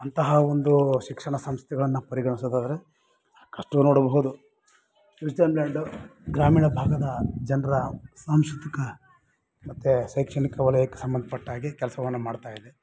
ಅಂತಹ ಒಂದು ಶಿಕ್ಷಣ ಸಂಸ್ಥೆಗಳನ್ನ ಪರಿಗಣಿಸೋದಾದರೆ ಅಷ್ಟೂ ನೋಡಬಹುದು ವಿಸ್ಡಮ್ಲ್ಯಾಂಡು ಗ್ರಾಮೀಣ ಭಾಗದ ಜನರ ಸಾಂಸ್ಕೃತಿಕ ಮತ್ತು ಶೈಕ್ಷಣಿಕ ವಲಯಕ್ಕೆ ಸಂಬಂಧಪಟ್ಟಾಗೆ ಕೆಲಸವನ್ನ ಮಾಡ್ತಾ ಇದೆ